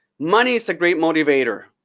money's a great motivator.